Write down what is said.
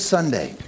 Sunday